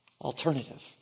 Alternative